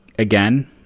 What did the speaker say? Again